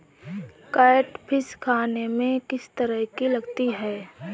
Catfish खाने में किस तरह की लगती है?